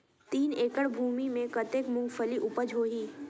तीन एकड़ भूमि मे कतेक मुंगफली उपज होही?